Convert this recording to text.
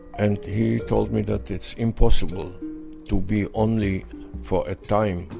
and he told me that it's impossible to be only for a time.